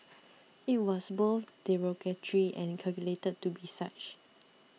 it was both derogatory and calculated to be such